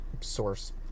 source